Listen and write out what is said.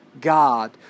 God